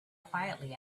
quietly